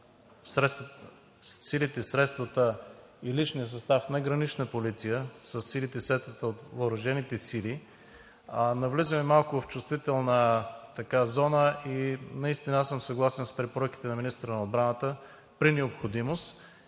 силите, средствата и личния състав на „Гранична полиция“ със силите и средствата от въоръжените сили, навлизаме малко в чувствителна зона. Аз съм съгласен с препоръките на министъра на отбраната – при необходимост